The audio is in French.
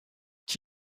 qui